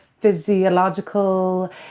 physiological